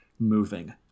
Moving